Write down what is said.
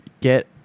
get